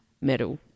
Medal